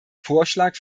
vorschlag